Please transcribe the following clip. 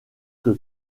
que